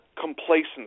complacency